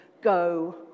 go